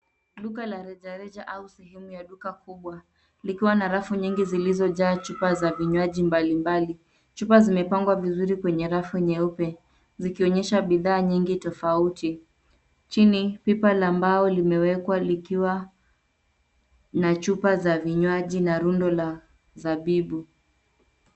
Duka la rejareja au sehemu ya duka kubwa likiwa na rafu nyingi zilizojaa chupa za vinywaji mbalimbali. Chupa zimepangwa vizuri kwenye rafu nyeupe, zikionyesha bidhaa nyingi tofauti. Chini, pipa la mbao limewekwa likiwa na chupa za vinywaji na rundo la zabibu.